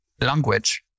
language